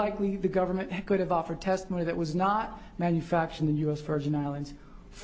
likely be government could have offered testimony that was not manufactured in the u s virgin islands